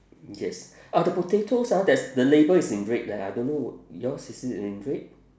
yes uh the potatoes ah there's the label is in red leh I don't know yours is it in red